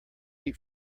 eat